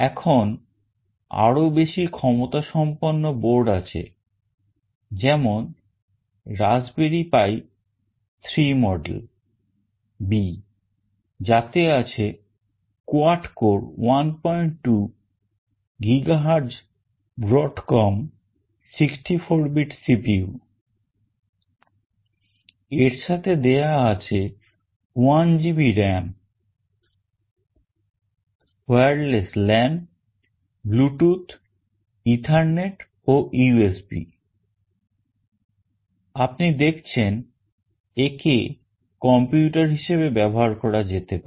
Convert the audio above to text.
এখন আরো বেশি ক্ষমতা সম্পন্ন board আছে যেমন Raspberry pi 3 model B যাতে আছে quad core 12 GHz Broadcom 64 bit CPU এর সাথে এতে আছে 1 GB RAM wireless LAN Bluetooth Ethernet ও USB আপনি দেখছেন একে computer হিসেবে ব্যবহার করা যেতে পারে